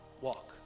walk